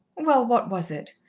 well, what was it?